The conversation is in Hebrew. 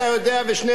שאין ברירה.